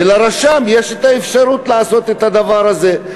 ולרשם יש את האפשרות לעשות את הדבר הזה.